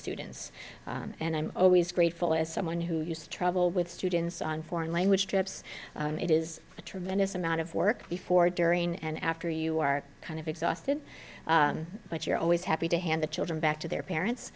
students and i'm always grateful as someone who used to travel with students on foreign language trips it is a tremendous amount of work before during and after you are kind of exhausted but you're always happy to hand the children back to their parents